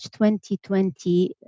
2020